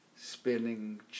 spinning